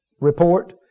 Report